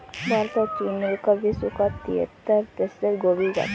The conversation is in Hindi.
भारत और चीन मिलकर विश्व का तिहत्तर प्रतिशत गोभी उगाते हैं